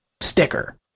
sticker